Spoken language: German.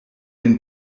den